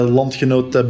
landgenoot